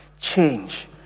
Change